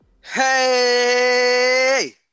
Hey